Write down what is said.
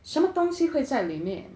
什么东西会在里面